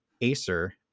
Acer